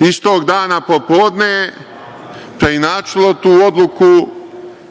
istog dana po podne, preinačilo tu odluku